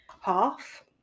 half